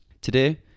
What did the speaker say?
Today